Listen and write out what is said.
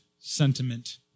sentiment